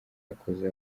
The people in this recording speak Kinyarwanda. yakoze